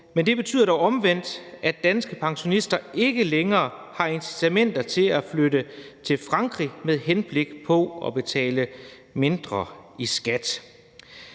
men det betyder dog omvendt, at danske pensionister ikke længere har incitamenter til at flytte til Frankrig med henblik på at betale mindre i skat.